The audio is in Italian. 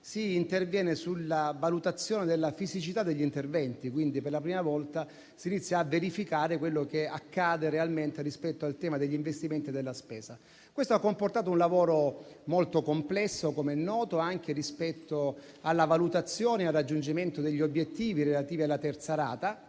si interviene sulla valutazione della fisicità degli interventi, e quindi si inizia a verificare quello che accade realmente rispetto al tema degli investimenti e della spesa. Questo ha comportato un lavoro molto complesso - com'è noto - rispetto alla valutazione e al raggiungimento degli obiettivi relativi alla terza rata,